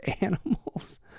animals